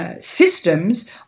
systems